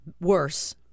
worse